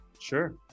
Sure